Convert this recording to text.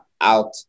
out